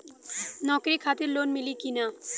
नौकरी खातिर लोन मिली की ना?